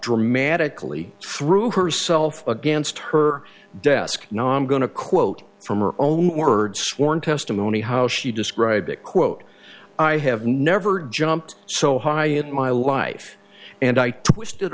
dramatically threw herself against her desk naam going to quote from her own words sworn testimony how she described it quote i have never jumped so high at my life and i twisted